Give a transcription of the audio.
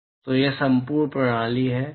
यह एक संपूर्ण प्रणाली है